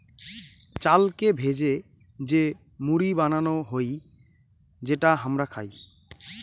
চালকে ভেজে যে মুড়ি বানানো হউ যেটা হামরা খাই